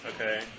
Okay